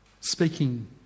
speaking